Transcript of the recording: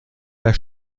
der